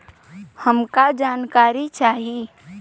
हमका जानकारी चाही?